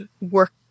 work